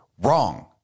Wrong